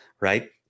right